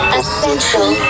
essential